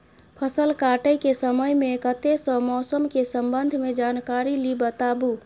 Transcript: फसल काटय के समय मे कत्ते सॅ मौसम के संबंध मे जानकारी ली बताबू?